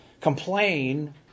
Complain